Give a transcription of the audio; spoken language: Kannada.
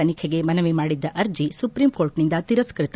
ತನಿಖೆಗೆ ಮನವಿ ಮಾದಿದ್ದ ಅರ್ಜಿ ಸುಪ್ರೀಂಕೋಟ್ನಿಂದ ತಿರಸ್ಸ್ಪ ತ